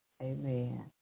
Amen